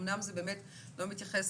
אמנם זה באמת לא מתייחס